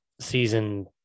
season